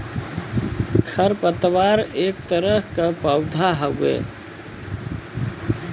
खर पतवार एक तरह के पौधा हउवे